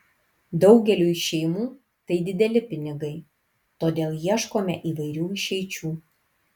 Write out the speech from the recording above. daugeliui šeimų tai dideli pinigai todėl ieškome įvairių išeičių